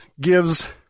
gives